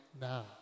now